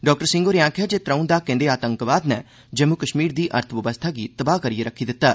doctor Singh होरें आखेआ जे त्रौं दहाकें दे आतंकवाद नै जम्मू कश्मीर दी अर्थबवस्था गी तबाह् करियै रक्खी दित्ता